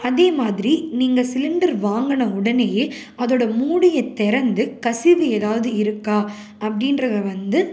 அதே மாதிரி நீங்கள் சிலிண்டர் வாங்கின உடனேயே அதோடய மூடியைத் திறந்து கசிவு ஏதாவது இருக்கா அப்படின்றத வந்து